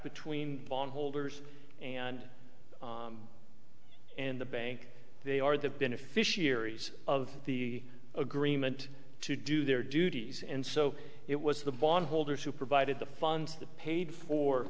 between bondholders and and the bank they are the beneficiaries of the agreement to do their duties and so it was the bondholders who provided the funds that paid for